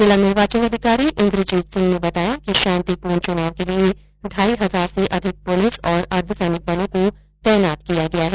जिला निर्वाचन अधिकारी इन्द्रजीत सिंह ने बताया कि शांतिपूर्ण चुनाव के लिये ढाई हजार से अधिक पुलिस और अर्द्वसैनिक बलों को तैनात किया गया है